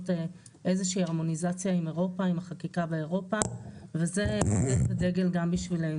איזו שהיא הרמוניזציה עם החקירה באירופה וזה --- גם בשבילנו.